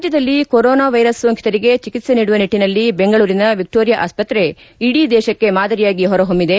ರಾಜ್ಲದಲ್ಲಿ corona virus ಸೋಂಕಿತರಿಗೆ ಚಿಕಿತ್ವೆ ನೀಡುವ ನಿಟ್ಟನಲ್ಲಿ ದೆಂಗಳೂರಿನ ವಿಕ್ಲೋರಿಯಾ ಆಸ್ಪತ್ರೆ ಇಡೀ ದೇಶಕ್ಕೆ ಮಾದರಿಯಾಗಿ ಹೊರಹೊಮ್ಬಿದೆ